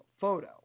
photo